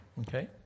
Okay